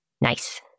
Nice